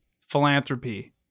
philanthropy